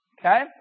Okay